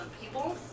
people